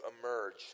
emerge